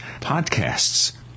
podcasts